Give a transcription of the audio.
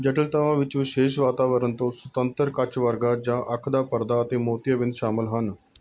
ਜਟਿਲਤਾਵਾਂ ਵਿੱਚ ਵਿਸ਼ੇਸ਼ ਵਾਤਾਵਰਨ ਤੋਂ ਸੁਤੰਤਰ ਕੱਚ ਵਰਗਾ ਜਾਂ ਅੱਖ ਦਾ ਪਰਦਾ ਅਤੇ ਮੋਤੀਆ ਬਿੰਦ ਸ਼ਾਮਲ ਹਨ